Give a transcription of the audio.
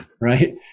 right